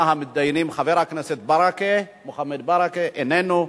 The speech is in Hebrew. ראשון המתדיינים, חבר הכנסת מוחמד ברכה, איננו.